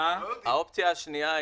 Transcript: האופציה השנייה,